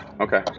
okay